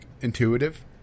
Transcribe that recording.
intuitive